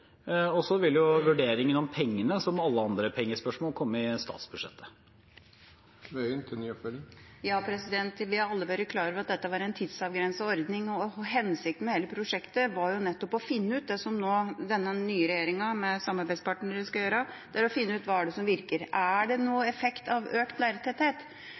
Så vil vurderingen om pengene – som alle andre pengespørsmål – komme i statsbudsjettet. Vi har alle vært klar over at dette var en tidsavgrenset ordning. Hensikten med hele prosjektet var nettopp det som denne nye regjeringa med samarbeidspartnerne skal gjøre nå: å finne ut hva som virker. Har økt lærertetthet noen effekt? Så langt i rapportene som Utdanningsdirektoratet har gitt tilbake, viser det